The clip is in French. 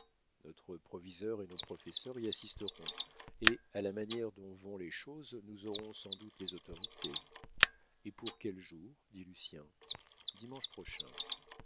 notre proviseur et nos professeurs y assisteront et à la manière dont vont les choses nous aurons sans doute les autorités et pour quel jour dit lucien dimanche prochain